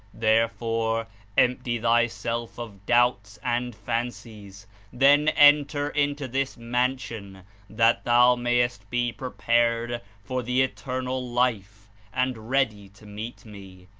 there fore empty thyself of doubts and fancies then enter into this mansion that thou mayest be prepared for the eternal life and ready to meet me.